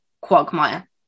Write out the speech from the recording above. quagmire